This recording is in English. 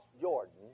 Jordan